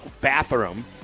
bathroom